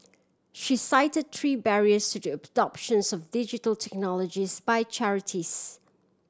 she cite three barriers to the adoption so Digital Technologies by charities